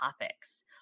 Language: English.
topics